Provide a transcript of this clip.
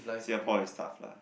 Singapore is tough lah